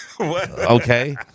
Okay